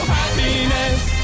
happiness